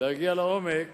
להגיע לעומק